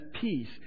peace